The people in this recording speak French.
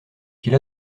qu’il